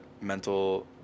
mental